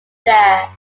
there